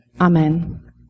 Amen